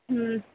હમ